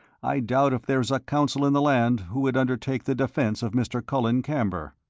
i doubt if there is a counsel in the land who would undertake the defence of mr. colin camber.